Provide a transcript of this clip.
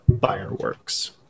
fireworks